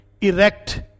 erect